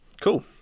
Cool